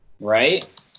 Right